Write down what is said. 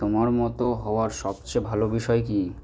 তোমার মতো হওয়ার সবচেয়ে ভালো বিষয় কী